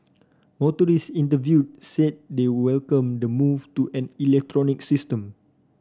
motorist interviewed said they welcome the move to an electronic system